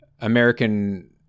American